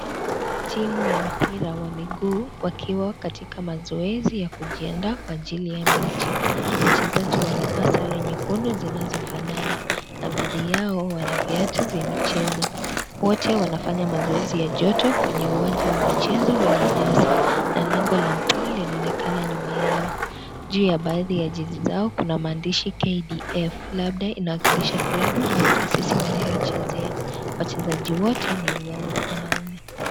Timu ya mpira wa miguu wakiwa katika mazoezi ya kujiandaa kwa ajili ya mechi, wachezaji wamevaa sare nyekundu zinazofanana na baadhi yao wana viatu vya michezo wote wanafanya mazoezi ya joto kwenye uwanja wa michezo wenye nyasi na lango la mpira linaonekana nyuma yao. Juu ya baadhi ya jezi zao kuna maandishi KDF labda inawakilisha klabu au taasisi wanayoichezea. Wachezaji wote ni wau.....wanaume.